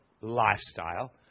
lifestyle